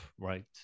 right